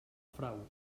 frau